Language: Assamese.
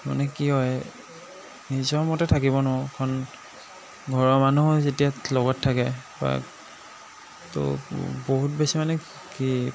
মানে কি হয় নিজৰ মতে থাকিব নোৱাও কাৰণ ঘৰৰ মানুহো যেতিয়া লগত থাকে বা ত' বহুত বেছি মানে কি